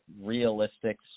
realistic